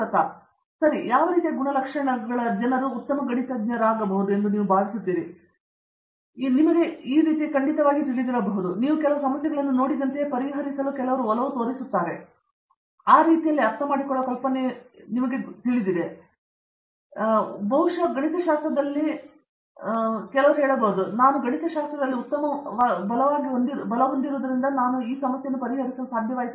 ಪ್ರತಾಪ್ ಹರಿಡೋಸ್ ಸರಿ ಸರಿ ಮತ್ತು ಯಾವ ರೀತಿಯ ಗುಣಲಕ್ಷಣಗಳು ಜನರು ಉತ್ತಮ ಗಣಿತಜ್ಞರಾಗಿರಬೇಕು ಎಂದು ನೀವು ಭಾವಿಸುತ್ತೀರಿ ಇದರ ಅರ್ಥವೇನೆಂದರೆ ಯಾರೋ ಒಬ್ಬರು ನಿಮಗೆ ಖಂಡಿತವಾಗಿಯೂ ತಿಳಿದಿರಬಹುದು ನೀವು ಕೆಲವು ಸಮಸ್ಯೆಗಳನ್ನು ನೋಡಿದಂತೆಯೇ ಪರಿಹರಿಸಲು ಒಲವು ತೋರುತ್ತೀರಿ ಮತ್ತು ನಾನು ಅರ್ಥಮಾಡಿಕೊಳ್ಳುವ ಕಲ್ಪನೆಯೊಂದಿಗೆ ನೀವು ಹಿತಕರವಾಗಿದ್ದೀರಿ ಆದರೆ ಅದರ ಮೇಲೆ ಮತ್ತು ಅದಕ್ಕಿಂತ ಮೇಲ್ಪಟ್ಟ ಕೆಲವು ದೃಶ್ಯೀಕರಣ ಸಾಮರ್ಥ್ಯವು ಒಬ್ಬ ವ್ಯಕ್ತಿಯು ತಮ್ಮಲ್ಲಿ ಏನು ನೋಡಬೇಕು ಮತ್ತು ನಾನು ಇದನ್ನು ಮಾಡಲು ಸಮರ್ಥನಾಗಿದ್ದೇನೆ ಎಂದು ನಾನು ಹೇಳುತ್ತೇನೆ ಬಹುಶಃ ನಾನು ಗಣಿತಶಾಸ್ತ್ರದಲ್ಲಿ ಉತ್ತಮವಾಗಿರುವುದರಿಂದ ಕೇವಲ ಸಮಸ್ಯೆಯನ್ನು ಪರಿಹರಿಸಲು ಸಾಧ್ಯವಾಯಿತು